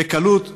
בקלות,